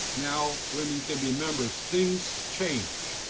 now women can be members. things change.